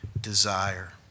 desire